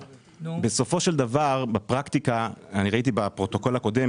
בסופו של דבר בפרקטיקה ראיתי בפרוטוקול הקודם,